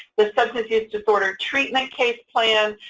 the substance use disorder treatment case plan,